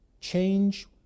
change